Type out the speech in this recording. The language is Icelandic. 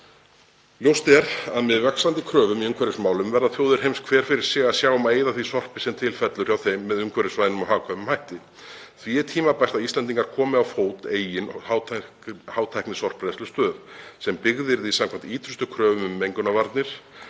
Ljóst er að með vaxandi kröfum í umhverfismálum verða þjóðir heims hver fyrir sig að sjá um að eyða því sorpi sem til fellur hjá þeim með umhverfisvænum og hagkvæmum hætti. Því er tímabært að Íslendingar komi á fót eigin hátæknisorpbrennslustöð sem byggð yrði samkvæmt ýtrustu kröfum um mengunarvarnir.